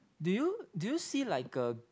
do you do you see like a